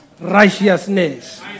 righteousness